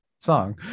Song